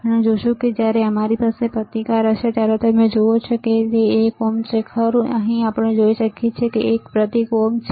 અમે જોશું કે જ્યારે અમારી પાસે આ પ્રતિકાર હશે ત્યારે તમે જુઓ ત્યાં એક ઓહ્મ છે ખરું અહીં આપણે જોઈ શકીએ છીએ કે ત્યાં એક પ્રતીક ઓહ્મ છે